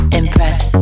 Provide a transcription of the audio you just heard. impress